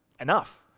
enough